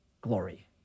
glory